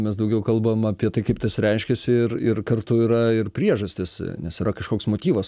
mes daugiau kalbam apie tai kaip tas reiškiasi ir ir kartu yra ir priežastys nes yra kažkoks motyvas